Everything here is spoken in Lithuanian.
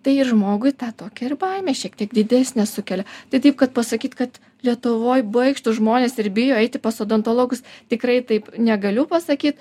tai ir žmogui tą tokią ir baimę šiek tiek didesnę sukelia tai taip kad pasakyt kad lietuvoj baikštūs žmonės ir bijo eiti pas odontologus tikrai taip negaliu pasakyt